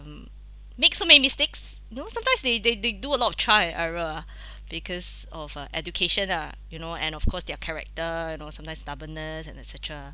mm make so many mistakes no sometimes they they they do a lot of trial and error ah because of uh education ah you know and of course their character you know sometime stubbornness and et cetera